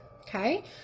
Okay